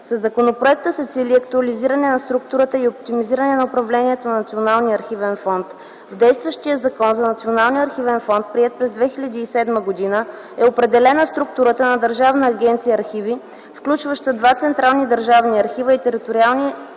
Със законопроекта се цели актуализиране на структурата и оптимизиране на управлението на Националния архивен фонд. В действащият Закон за Националния архивен фонд, приет през 2007 г., е определена структурата на Държавна агенция "Архиви", включваща два централни държавни архива, и териториални държавни